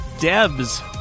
Debs